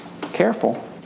careful